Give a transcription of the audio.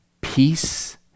peace